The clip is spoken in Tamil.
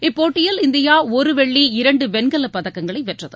இப்போட்டியில் இந்தியா ஒரு வெள்ளி இரண்டு வெண்கலப் பதக்கங்களை வென்றது